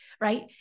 right